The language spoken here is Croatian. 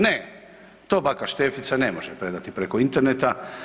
Ne, to baka Štefica ne može predati preko Interneta.